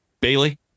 Bailey